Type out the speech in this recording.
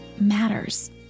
matters